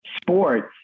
sports